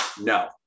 no